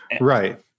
Right